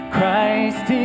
Christ